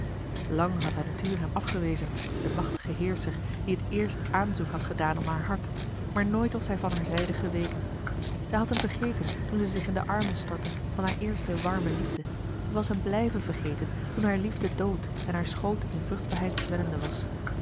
lang had de natuur hem afgewezen den machtigen heerscher die het eerst aanzoek had gedaan om haar hart maar nooit was hij van haar zijde geweken zij had hem vergeten toen zij zich in de armen stortte van haar eerste warme liefde zij was hem blijven vergeten toen haar liefde dood en haar schoot in vruchtbaarheid zwellende was